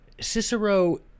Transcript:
cicero